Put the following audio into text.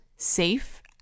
safe